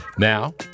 Now